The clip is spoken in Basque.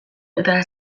eta